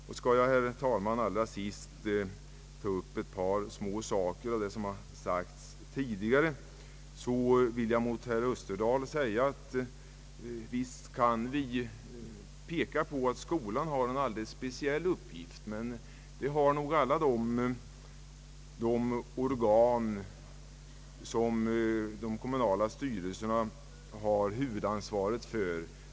Jag skall, herr talman, allra sist ta upp ett par små saker av det som har sagts tidigare. Gentemot herr Österdahl vill jag säga att vi visst kan peka på att skolan har en alldeles speciell uppgift; men det har nog alla organ som de kommunala styrelserna har huvudansvaret för.